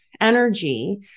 energy